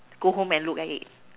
go home and look at it